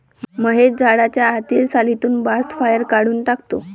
महेश झाडाच्या आतील सालीतून बास्ट फायबर काढून टाकतो